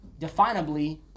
definably